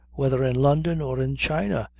whether in london or in china,